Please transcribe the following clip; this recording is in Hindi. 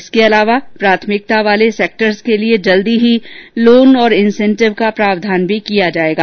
इसके अलावा प्राथमिकता वाले सेक्टरों के लिए जल्द ही लोन और इंसेंटिव का प्रावधान भी किया जाएगा